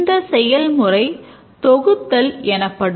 இந்த செயல்முறை தொகுத்தல் எனப்படும்